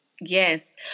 Yes